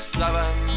seven